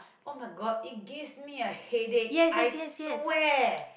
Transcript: oh-my-god it gives me a headache I swear